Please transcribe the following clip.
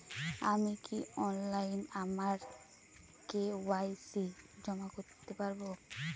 আমি কি অনলাইন আমার কে.ওয়াই.সি জমা করতে পারব?